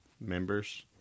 members